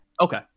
okay